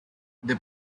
they